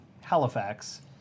Halifax